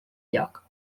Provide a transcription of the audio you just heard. lloc